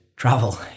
Travel